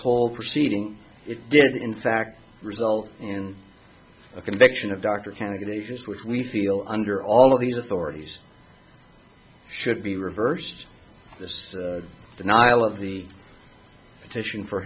whole proceeding it did in fact result in a conviction of dr kennedy davis which we feel under all of these authorities should be reversed this denial of the petition for